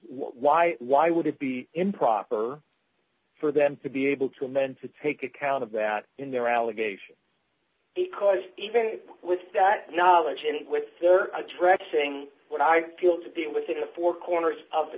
why why would it be improper for them to be able to amend to take account of that in their allegation because even with that knowledge and with a track saying what i feel to be within the four corners of the